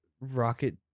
Rocket